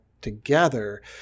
together